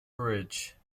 bridge